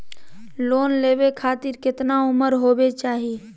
Loan लेवे खातिर केतना उम्र होवे चाही?